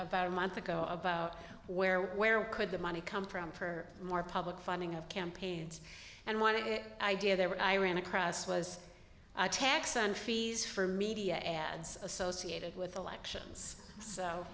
about a month ago about where where could the money come from for more public funding of campaigns and want to get the idea that i ran across was a tax and fees for media ads associated with elections so